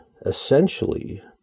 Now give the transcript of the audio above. essentially